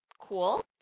cool